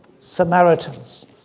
Samaritans